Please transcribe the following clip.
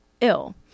ill